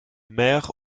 maire